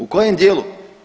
U kojem dijelu?